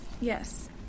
Yes